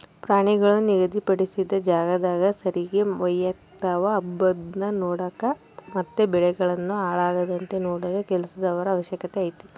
ಪ್ರಾಣಿಗಳು ನಿಗಧಿ ಪಡಿಸಿದ ಜಾಗದಾಗ ಸರಿಗೆ ಮೆಯ್ತವ ಅಂಬದ್ನ ನೋಡಕ ಮತ್ತೆ ಬೆಳೆಗಳನ್ನು ಹಾಳಾಗದಂತೆ ನೋಡಲು ಕೆಲಸದವರ ಅವಶ್ಯಕತೆ ಐತೆ